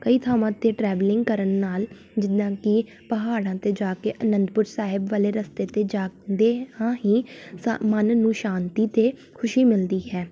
ਕਈ ਥਾਵਾਂ 'ਤੇ ਟਰੈਵਲਿੰਗ ਕਰਨ ਨਾਲ ਜਿੱਦਾਂ ਕਿ ਪਹਾੜਾਂ 'ਤੇ ਜਾ ਕੇ ਅਨੰਦਪੁਰ ਸਾਹਿਬ ਵਾਲੇ ਰਸਤੇ 'ਤੇ ਜਾਂਦੇ ਹਾਂ ਹੀ ਸ ਮਨ ਨੂੰ ਸ਼ਾਂਤੀ ਅਤੇ ਖੁਸ਼ੀ ਮਿਲਦੀ ਹੈ